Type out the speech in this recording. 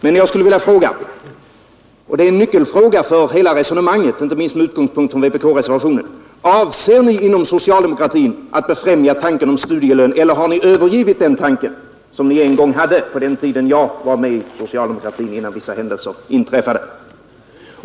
Men jag skulle vilja fråga — och det är en nyckelfråga för hela resonemanget, inte minst med utgångspunkt i vpk-reservationen: Avser ni inom socialdemokratin att befrämja tanken om studielön eller har ni övergivit den tanken, som ni en gång hade på den tid jag var med i socialdemokratin, innan vissa händelser inträffade?